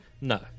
No